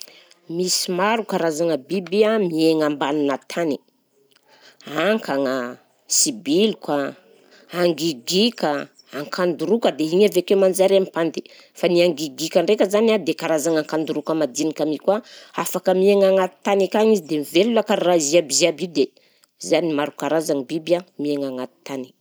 Misy maro karazagna biby a miaigna ambaninà tany, hankagna, sibiloka, angigika, akandoroka dia igny avy akeo manjary ampandy fa ny angigika ndraika zany a de karazagna kandoroka madinika mi koa, afaka miaigna agnaty tany akagny izy dia velona karaha ziabiziaby io de zany maro karazany biby a miaigna agnaty tany.